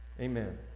Amen